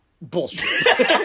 Bullshit